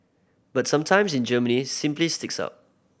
but sometimes in Germany simply sticks out